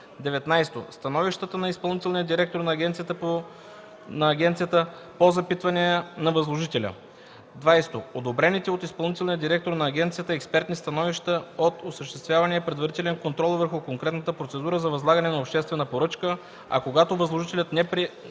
19. становищата на изпълнителния директор на агенцията по запитвания на възложителя; 20. одобрените от изпълнителния директор на агенцията експертни становища от осъществявания предварителен контрол върху конкретната процедура за възлагане на обществена поръчка, а когато възложителят не приеме